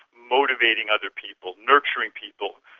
motivating other people, nurturing people,